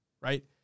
right